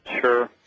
Sure